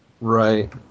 Right